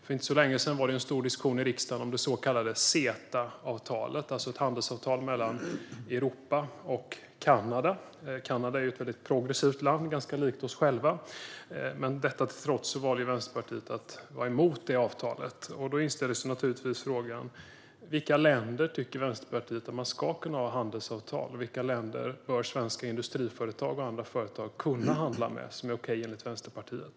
För inte länge sedan var det en stor diskussion i riksdagen om det så kallade CETA-avtalet, alltså ett handelsavtal mellan Europa och Kanada. Kanada är ett progressivt land som är ganska likt vårt eget land. Men detta till trots valde Vänsterpartiet att vara emot avtalet. Då måste jag fråga: Vilka länder tycker Vänsterpartiet att man ska kunna ha handelsavtal med? Vilka länder är det okej för svenska industriföretag och andra företag att handla med, enligt Vänsterpartiet?